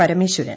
Parameswaran